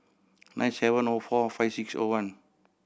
nine seven O four five six O one